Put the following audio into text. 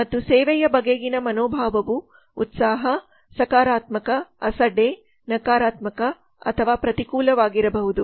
ಮತ್ತು ಸೇವೆಯ ಬಗೆಗಿನ ಮನೋಭಾವವು ಉತ್ಸಾಹ ಸಕಾರಾತ್ಮಕ ಅಸಡ್ಡೆ ನಕಾರಾತ್ಮಕ ಅಥವಾ ಪ್ರತಿಕೂಲವಾಗಿರಬಹುದು